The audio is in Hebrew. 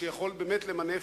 שיכול באמת למנף,